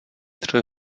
tři